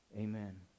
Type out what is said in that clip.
amen